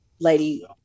lady